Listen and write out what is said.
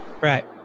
Right